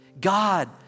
God